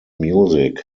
music